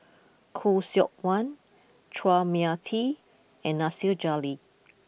Khoo Seok Wan Chua Mia Tee and Nasir Jalil